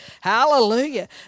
Hallelujah